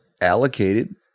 allocated